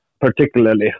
particularly